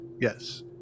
Yes